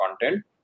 content